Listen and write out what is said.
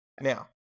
Now